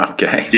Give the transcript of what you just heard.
Okay